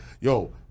yo